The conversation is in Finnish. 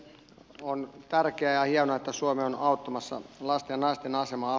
on tärkeää ajanotto suomi on auttamassa lasten naisten asemaa